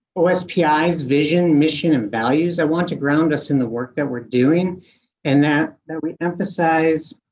ospi's, vision, mission and values, i want to ground us in the work that we're doing and that that we emphasize.